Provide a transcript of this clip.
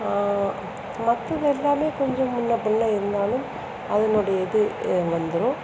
மற்றது எல்லாம் கொஞ்சம் முன்னே பின்னே இருந்தாலும் அதனுடைய இது வந்துடும்